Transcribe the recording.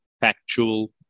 factual